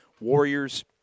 Warriors